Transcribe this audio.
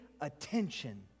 attention